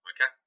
Okay